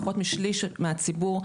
פחות משליש הציבור,